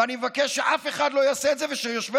ואני מבקש שאף אחד לא יעשה את זה ושיושבי-ראש